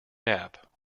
nap